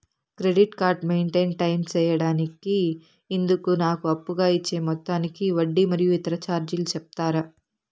Credit card maintain time సేయడానికి ఇందుకు నాకు అప్పుగా ఇచ్చే మొత్తానికి వడ్డీ మరియు ఇతర చార్జీలు సెప్తారా?